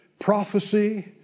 Prophecy